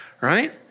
Right